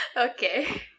Okay